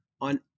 on